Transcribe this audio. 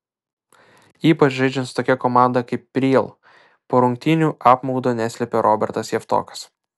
ypač žaidžiant su tokia komanda kaip real po rungtynių apmaudo neslėpė robertas javtokas